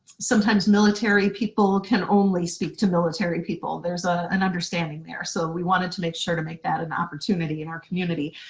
sometimes military people can only speak to military people, there's ah an understanding, there. so we wanted to make sure to make that an opportunity in our community.